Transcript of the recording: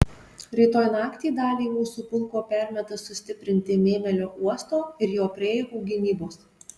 rytoj naktį dalį mūsų pulko permeta sustiprinti mėmelio uosto ir jo prieigų gynybos